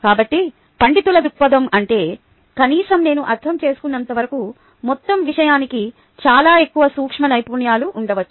కాబట్టి పండితుల దృక్పథం అంటే కనీసం నేను అర్థం చేసుకున్నంతవరకు మొత్తం విషయానికి చాలా ఎక్కువ సూక్ష్మ నైపుణ్యాలు ఉండవచ్చు